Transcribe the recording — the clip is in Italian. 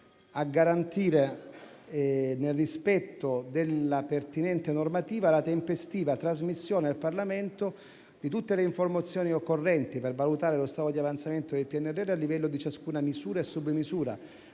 «a garantire, nel rispetto della pertinente normativa, la tempestiva trasmissione al Parlamento di tutte le informazioni occorrenti per valutare lo stato di avanzamento del PNRR a livello di ciascuna misura e submisura,